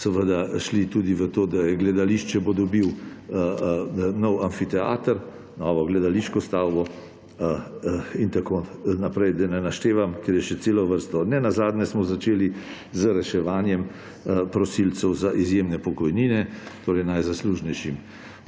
smo šli tudi v to, da gledališče bo dobilo nov amfiteater, novo gledališko stavbo in tako naprej, da ne naštevam, ker je še cela vrsta … Nenazadnje smo začeli z reševanjem prosilcev za izjemne pokojnine najzaslužnejšim